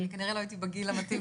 אני כנראה לא הייתי בגיל המתאים,